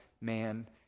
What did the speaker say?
man